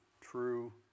true